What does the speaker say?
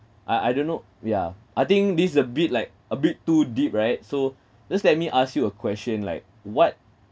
I I don't know ya I think this is a bit like a bit too deep right so just let me ask you a question like what